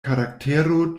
karaktero